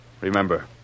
Remember